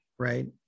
right